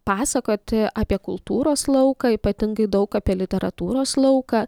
pasakoti apie kultūros lauką ypatingai daug apie literatūros lauką